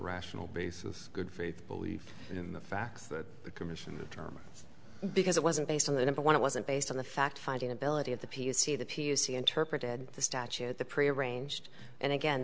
rational basis good faith belief in the facts that the commission the term because it wasn't based on the number one it wasn't based on the fact finding ability of the p c the p u c interpreted the statute the pre arranged and again